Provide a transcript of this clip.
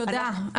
תודה.